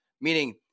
meaning